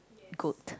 goat